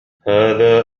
هذا